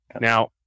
Now